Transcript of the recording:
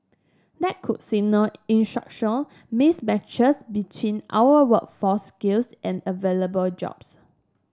that could signal in structural mismatches between our workforce skills and available jobs